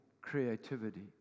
creativity